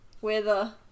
Weather